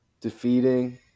defeating –